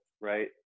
right